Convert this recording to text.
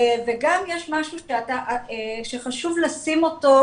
וגם יש משהו שחשוב לשים אותו,